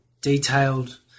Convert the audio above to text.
detailed